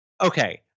okay